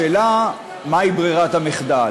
השאלה, מהי ברירת המחדל?